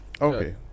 okay